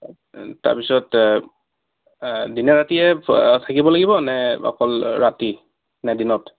তাৰপিছত দিনে ৰাতিয়ে থাকিব লাগিব নে অকল ৰাতি নে দিনত